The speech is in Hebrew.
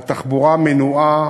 שבו התחבורה מנועה